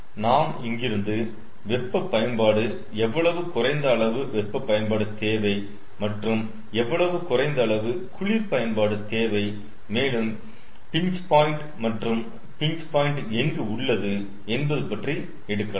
நாம் இங்கிருந்து வெப்ப பயன்பாடு எவ்வளவு குறைந்த அளவு வெப்ப பயன்பாடு தேவை மற்றும் எவ்வளவு குறைந்த அளவு குளிர் பயன்பாடு தேவை மேலும் பின்ச்பாயிண்ட் மற்றும் பின்ச்பாயிண்ட் எங்கு உள்ளது என்பது பற்றி எடுக்கலாம்